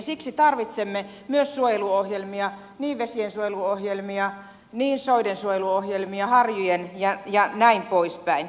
siksi tarvitsemme myös suojeluohjelmia niin vesiensuojeluohjelmia soidensuojeluohjelmia kuin harjujensuojeluohjelmia ja näin poispäin